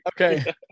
Okay